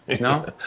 No